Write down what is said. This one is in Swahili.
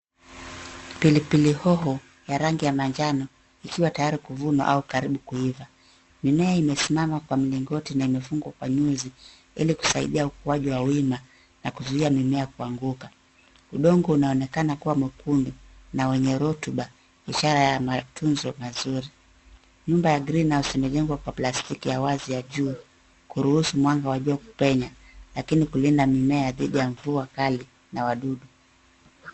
Pilipili hoho ya rangi ya manjan, ikiwa tayari kuvunwa au karibu kuiva. Mimea imesimama kwa mlingoti na imefungwa kwa nyuzi, ili kusaidia ukuaji wa wima na kuzuia mimea kuanguka. Udongo unaonekana kuwa mwekundu na wenye rotuba ishara ya matunzo mazuri..Nyumba ya greenhouse imejengwa kwa plastiki ya wazi ya juu ,kuruhusu mwanga wa jua kupenya lakini kulinda mimea dhidi ya mvua Kali na wadudu.